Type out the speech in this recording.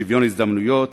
שוויון הזדמנויות,